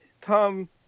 Tom